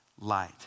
light